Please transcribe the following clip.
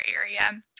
area